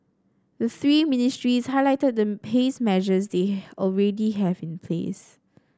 the three ministries highlighted the haze measures they already have in place